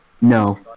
No